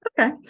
Okay